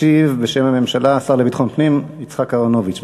ישיב בשם הממשלה השר לביטחון פנים יצחק אהרונוביץ.